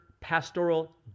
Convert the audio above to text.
pastoral